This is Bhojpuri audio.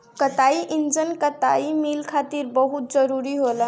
कताई इंजन कताई मिल खातिर बहुत जरूरी होला